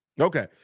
Okay